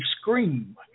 scream